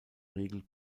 regel